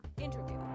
Interview